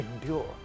endure